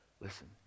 Listen